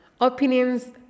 opinions